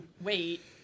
Wait